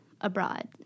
abroad